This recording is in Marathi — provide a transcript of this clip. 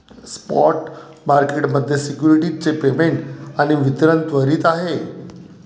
स्पॉट मार्केट मध्ये सिक्युरिटीज चे पेमेंट आणि वितरण त्वरित आहे